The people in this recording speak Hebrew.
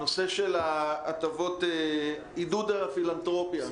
הנושא של ההטבות, עידוד הפילנתרופיה.